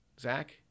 Zach